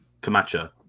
Camacho